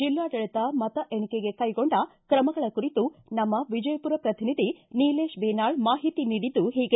ಜಿಲ್ಲಾಡಳಿತ ಮತ ಎಣಿಕೆಗೆ ಕೈಗೊಂಡ ಕ್ರಮಗಳ ಕುರಿತು ನಮ್ನ ವಿಜಯಪುರ ಪ್ರತಿನಿಧಿ ನಿಲೇಶ ಬೇನಾಳ ಮಾಹಿತಿ ನೀಡಿದ್ದು ಹೀಗೆ